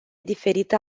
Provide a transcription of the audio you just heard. diferită